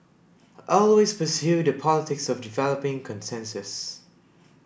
always pursue the politics of developing consensus